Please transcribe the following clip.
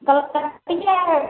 कलकतिआ